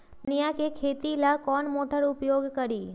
धनिया के खेती ला कौन मोटर उपयोग करी?